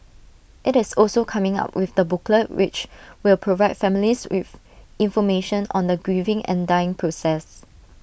IT is also coming up with the booklet which will provide families with information on the grieving and dying process